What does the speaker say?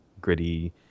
gritty